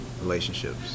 relationships